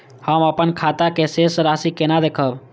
हम अपन खाता के शेष राशि केना देखब?